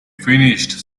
finished